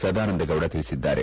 ಸದಾನಂದಗೌಡ ತಿಳಿಸಿದ್ದಾರೆ